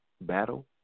battle